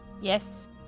yes